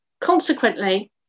Consequently